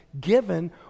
given